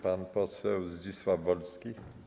Pan poseł Zdzisław Wolski?